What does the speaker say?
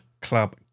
Club